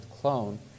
clone